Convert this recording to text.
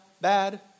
bad